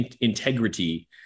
integrity